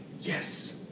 Yes